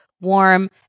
warm